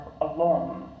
alone